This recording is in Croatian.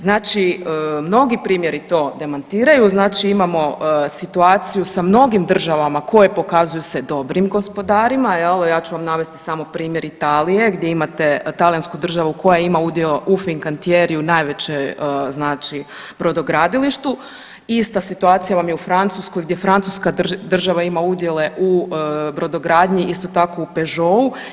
Znači mnogi primjeri to demantiraju, znači imamo situaciju sa mnogim državama koje se pokazuju dobrim gospodarima, evo ja ću vam navesti samo primjer Italije gdje imate Talijansku državu koja ima udio u Ficatieriu najvećem brodogradilištu, ista situacija vam je u Francuskoj gdje Francuska država ima udjele u brodogradnji isto tako u Peugeot-u.